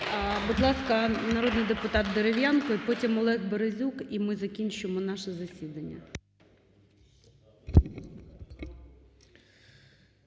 Будь ласка, народний депутат Дерев'янко. І потім Олег Березюк. І ми закінчуємо наше засідання.